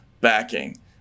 backing